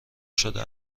شده